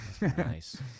nice